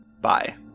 Bye